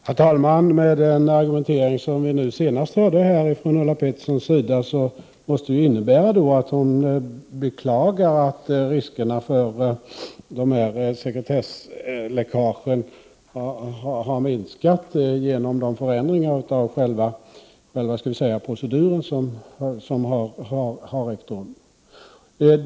Herr talman! Den argumentering som vi senast hörde från Ulla Petterssons sida måste innebära att hon beklagar att riskerna för de här sekretessläckagen har minskat genom de förändringar av själva proceduren som har ägt rum.